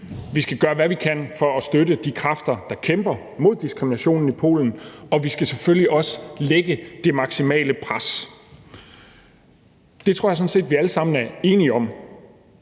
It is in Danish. vi skal gøre, hvad vi kan for at støtte de kræfter, der kæmper mod diskriminationen i Polen, og vi skal selvfølgelig også lægge det maksimale pres på. Det tror jeg sådan set vi alle sammen er enige om,